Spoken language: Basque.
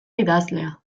idazlea